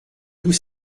tout